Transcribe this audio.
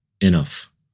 enough